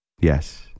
Yes